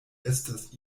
estas